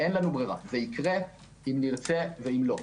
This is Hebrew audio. זה יקרה אם נרצה ואם לא.